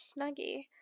Snuggie